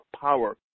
power